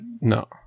No